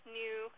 new